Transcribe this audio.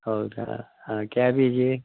ಹೌದಾ ಹಾಂ ಕ್ಯಾಬೇಜಿಗೆ